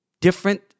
different